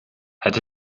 het